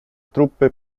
truppe